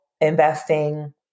investing